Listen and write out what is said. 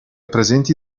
presenti